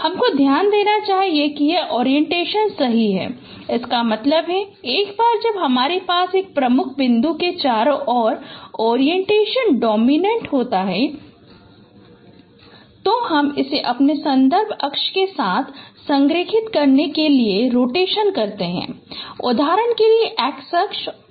हमको ध्यान देना चाहिए कि यह ओरिएंटेशन सही है इसका मतलब है एक बार जब हमारे पास एक प्रमुख बिंदु के चारों ओर ओरिएंटेशन डोमिनेंट होता है तो हम इसे अपने संदर्भ अक्ष के साथ संरेखित करने के लिए रोटेशन करते हैं उदाहरण के लिए एक्स अक्ष